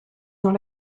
dans